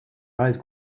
eyes